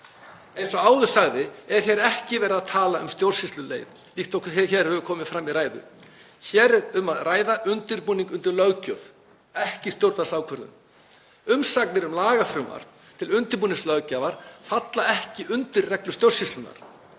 Eins og áður sagði er hér ekki verið að tala um stjórnsýsluleið, líkt og komið hefur fram í ræðu. Hér um að ræða undirbúning undir löggjöf, ekki stjórnvaldsákvörðun. Umsagnir um lagafrumvarp til undirbúnings löggjafar falla ekki undir reglur stjórnsýslunnar.